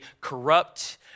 corrupt